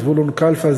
זבולון קלפה,